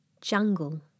Jungle